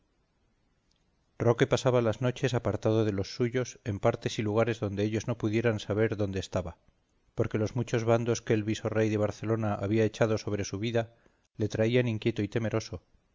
pedreñales roque pasaba las noches apartado de los suyos en partes y lugares donde ellos no pudiesen saber dónde estaba porque los muchos bandos que el visorrey de barcelona había echado sobre su vida le traían inquieto y temeroso